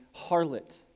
harlot